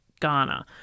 Ghana